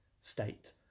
state